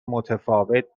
متفاوت